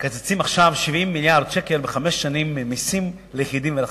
מקצצים עכשיו 70 מיליארד שקל בחמש שנים במסים ליחידים ולחברות,